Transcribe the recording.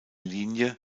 linie